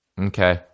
Okay